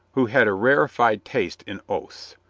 who had a rarefied taste in oaths,